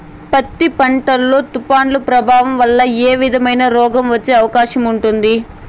పత్తి పంట లో, తుఫాను ప్రభావం వల్ల ఏ విధమైన రోగం వచ్చే అవకాశం ఉంటుంది?